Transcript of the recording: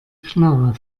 knarre